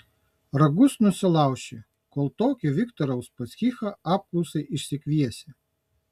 ragus nusilauši kol tokį viktorą uspaskichą apklausai išsikviesi